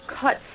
cut